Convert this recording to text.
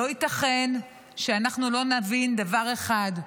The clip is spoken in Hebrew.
לא ייתכן שאנחנו לא נבין דבר אחד: